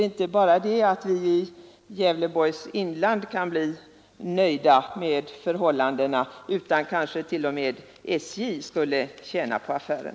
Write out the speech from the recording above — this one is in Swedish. Inte bara vi som bor i Gävleborgs län kan då bli nöjda med trafikförhållandena, utan kanske t.o.m. SJ skulle tjäna på affären.